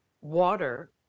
water